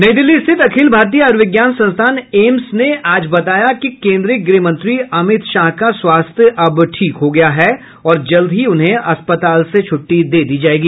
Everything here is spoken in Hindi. नई दिल्ली स्थित अखिल भारतीय आयुर्विज्ञान संस्थान एम्स ने आज बताया कि केन्द्रीय गृहमंत्री अमित शाह का स्वास्थ्य अब ठीक हो गया है और जल्द ही उन्हें अस्पताल से छुट्टी दे दी जाएगी